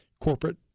corporate